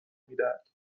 میدهد